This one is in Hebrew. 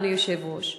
אדוני היושב-ראש,